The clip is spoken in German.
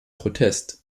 protest